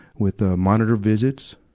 with, ah, monitored visits,